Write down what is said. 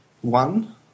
one